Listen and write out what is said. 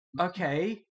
Okay